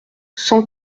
cent